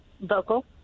vocal